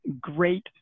Great